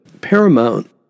paramount